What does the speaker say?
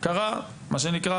קרה מה שנקרא,